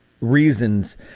reasons